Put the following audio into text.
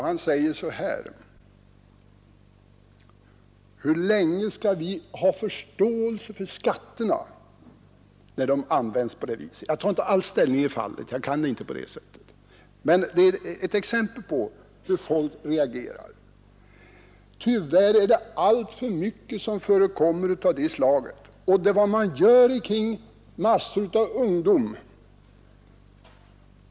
Han säger: Hur länge skall vi ha förståelse för skatterna när de används på detta sätt? Jag tar inte alls ställning i fallet som sådant — jag är inte tillräckligt insatt i detaljerna för detta — men det är ett exempel på hur folk reagerar. Tyvärr förekommer det alltför många sådana företeelser.